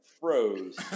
froze